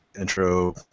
intro